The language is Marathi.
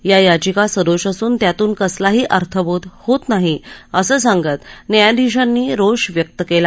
या याचिका सदोष असून त्यातून कसलाही अर्थबोध होत नाही असं सांगत न्यायधीशांनी रोष व्यक्त केला